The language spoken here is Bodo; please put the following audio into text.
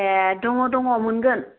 ए दङ दङ मोनगोन